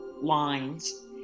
lines